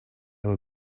were